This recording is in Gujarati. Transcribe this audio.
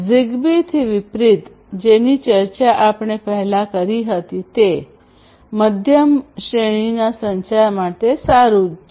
ઝિગબીથી વિપરીત જેની ચર્ચા આપણે પહેલા કરી હતી તે મધ્યમ શ્રેણીના સંચાર માટે સારું છે